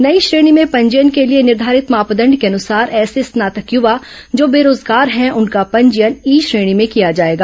नई श्रेणी में पंजीयन के लिए निर्धारित मापदंड के अनुसार ऐसे स्नातक युवा जो बेरोजगार है उनका पंजीयन ई श्रेणी में किया जाएगा